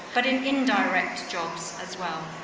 but and inin direct jobs as well.